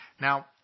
Now